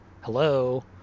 Hello